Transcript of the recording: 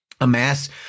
amass